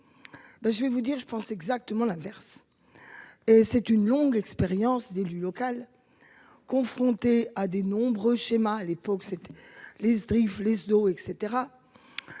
je vais vous dire, je pense exactement l'inverse. Et c'est une longue expérience d'élu local. Confronté à des nombreux schémas à l'époque c'était les Sdrif d'eau